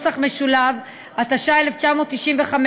התשנ"ה 1995,